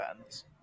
fans